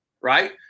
Right